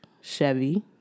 Chevy